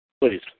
Please